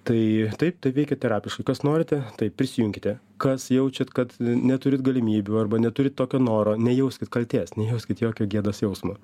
tai taip tai veikia terapiškai kas norite taip prisijunkite kas jaučiat kad neturit galimybių arba neturit tokio noro nejauskit kaltės nejauskit jokio gėdos jausmo